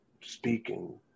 speaking